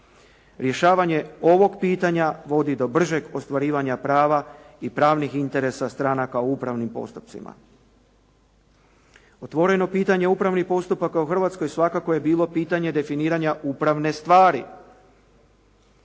Rješavanje ovog pitanja vodi do bržeg ostvarivanja prava i pravnih interesa stranaka u upravnim postupcima. Otvoreno pitanje upravnih postupaka u Hrvatskoj svakako je bilo pitanje definiranja upravne stvari.